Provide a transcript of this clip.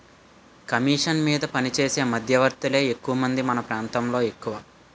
commission మీద పనిచేసే మధ్యవర్తులే ఎక్కువమంది మన ప్రాంతంలో ఎక్కువ